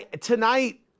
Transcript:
tonight